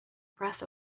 breath